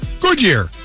Goodyear